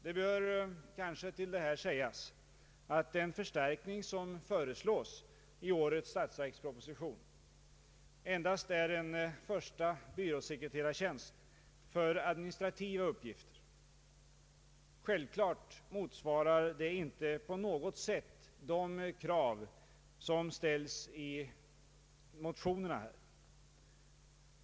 Det bör till detta sägas att den förstärkning som föreslås i årets statsverksproposition endast är en förste byråsekreterartjänst för administrativa arbetsuppgifter. Självklart motsvarar detta inte på något sält de krav som ställs i motionerna.